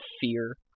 fear